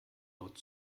nord